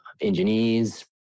engineers